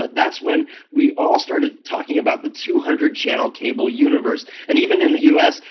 that's when we all started talking about the two hundred channel cable universe, and even in the u s.